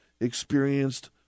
experienced